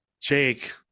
Jake